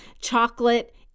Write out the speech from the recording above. chocolate